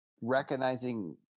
recognizing